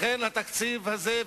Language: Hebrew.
לכן התקציב הזה,